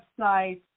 website